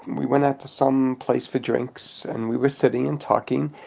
we went out to some place for drinks. and we were sitting and talking.